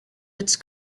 its